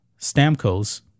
Stamkos